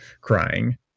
crying